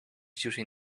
using